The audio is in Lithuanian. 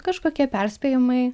kažkokie perspėjimai